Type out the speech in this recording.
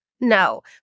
No